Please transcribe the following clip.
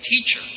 teacher